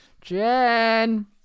Jen